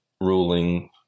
ruling